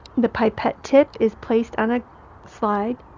the pipette tip is placed on a slide,